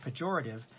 pejorative